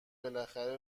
بالاخره